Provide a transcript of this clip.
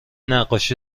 نقاشی